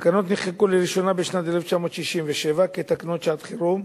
התקנות נחקקו לראשונה בשנת 1967 כתקנות שעת-חירום,